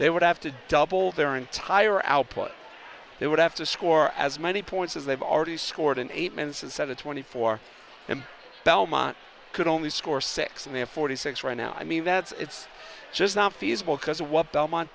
they would have to double their entire output they would have to score as many points as they've already scored in eight minutes instead of twenty four belmont could only score six and they have forty six right now i mean that's it's just not feasible because what belmont